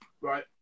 right